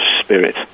spirit